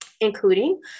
including